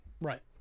Right